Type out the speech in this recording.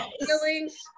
feelings